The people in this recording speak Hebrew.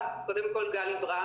לדאוג לזה בצורה